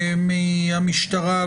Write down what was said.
משרדי הממשלה,